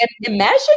imagine